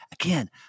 Again